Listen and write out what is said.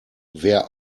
wer